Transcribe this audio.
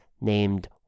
named